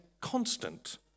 constant